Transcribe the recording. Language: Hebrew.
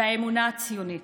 והאמונה הציונית